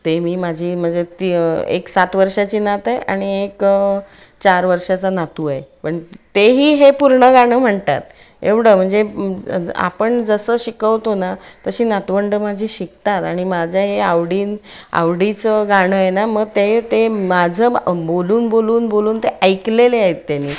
ते मी माझी म्हणजे ती एक सात वर्षाची नात आहे आणि एक चार वर्षाचा नातू आहे पण तेही हे पूर्ण गाणं म्हणतात एवढं म्हणजे आपण जसं शिकवतो ना तशी नातवंडं माझी शिकतात आणि माझ्या हे आवडीने आवडीचं गाणं आहे ना मग ते ते माझं बोलून बोलून बोलून ते ऐकलेले आहेत त्यानी